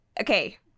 okay